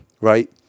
right